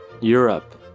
Europe